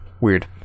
weird